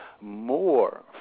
more